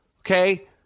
Okay